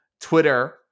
Twitter